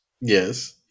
Yes